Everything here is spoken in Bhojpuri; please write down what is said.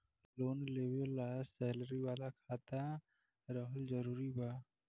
लोन लेवे ला सैलरी वाला खाता रहल जरूरी बा?